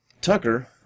Tucker